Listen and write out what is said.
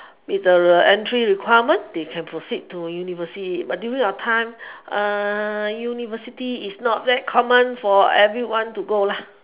meet the entry requirement they can proceed to university but during our time university is not that common for everyone to go lah